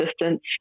distance